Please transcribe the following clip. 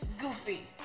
Goofy